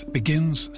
begins